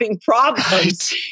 problems